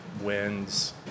wins